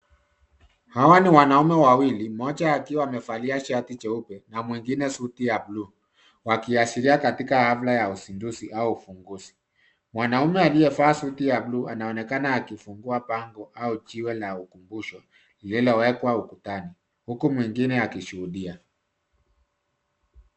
Hawa ni wanaume wawili mmoja akiwa amevalia shati jeupe na mwingine suti ya bluu wakiashiria katika hafla ya wasinduzi au ufunguzi. Mwanaume aliyevaa suti ya bluu anaonekana akifungua bango au jiwe la ukumbusho lililowekwa ukutani huku mwingine akishuhudia.